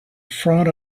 front